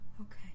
Okay